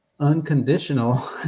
unconditional